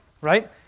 right